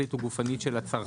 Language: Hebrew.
שכלית או גופנית של הצרכן,